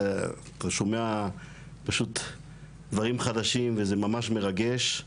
אתה שומע פשוט דברים חדשים וזה ממש מרגש.